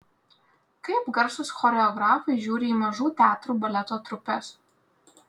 kaip garsūs choreografai žiūri į mažų teatrų baleto trupes